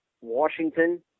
Washington